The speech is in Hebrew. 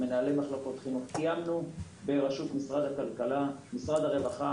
קיימנו עם משרד הכלכלה ומשרד הרווחה